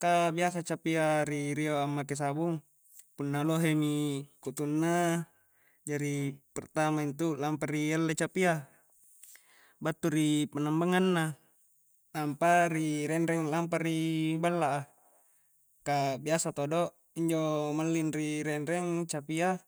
ka biasa capia ri-rio ammake sabung punna lohe mi kutunna jari pertama intu lampa ri alle capia battu ri pannambangang na nampa ri renreng a'lampa ri balla'a ka biasa todo injo malling ri renreng capia